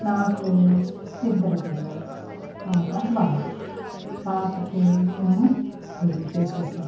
నాకు ఇద్దరు పిల్లలు పాప బాబు పాపకి మేము పెళ్లి చేసేసాము